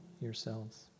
yourselves